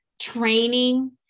training